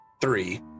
three